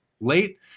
late